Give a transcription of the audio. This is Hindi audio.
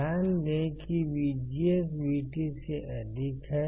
ध्यान दें कि VGS VT से अधिक है